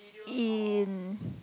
in